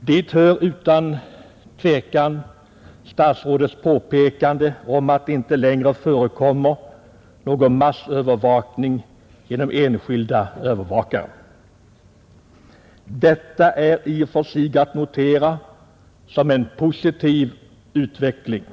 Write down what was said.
Dit hör utan tvivel statsrådets påpekande att det inte längre förekommer någon massövervakning genom enskilda övervakare. Detta är i och för sig att notera som en positiv utveckling.